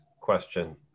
question